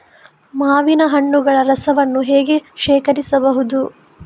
ಮಾವಿನ ಹಣ್ಣುಗಳ ರಸವನ್ನು ಹೇಗೆ ಶೇಖರಿಸಬಹುದು?